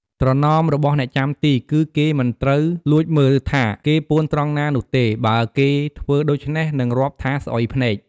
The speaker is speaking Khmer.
ត្រណមរបស់អ្នកចាំទី គឺគេមិនត្រូវលួចមើលថា គេពួនត្រង់ណានោះទេ បើគេធ្វើដូច្នេះនឹងរាប់ថាស្អុយភ្នែក។